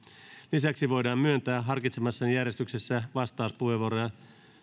lisäksi voidaan myöntää harkitsemassani järjestyksessä vastauspuheenvuoroja